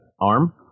arm